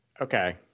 okay